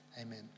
amen